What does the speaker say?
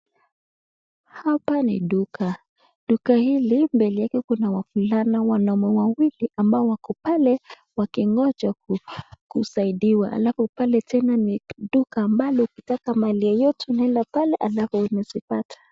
I'mhapa ni duka duka mbele ya Kuna msicha wanaume wawili ambao wako pale wakingoa wakusaidiawa na pale tena ni duka ambalo ukitaka Mali yoyote unaenda pale alafu unasioata.